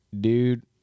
dude